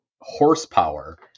horsepower